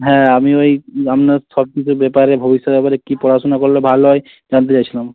হ্যাঁ আমি ওই আপনার সব কিছু ব্যাপারে ভবিষ্যতের ব্যাপারে কী পড়াশোনা করলে ভালো হয় জানতে চাইছিলাম